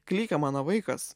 klykia mano vaikas